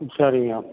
ம் சரிங்க